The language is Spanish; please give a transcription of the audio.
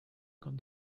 con